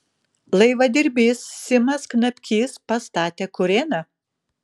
laivadirbys simas knapkys pastatė kurėną